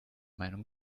meinung